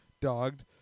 dogged